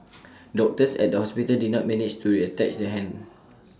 doctors at the hospital did not manage to reattach the hand